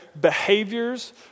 behaviors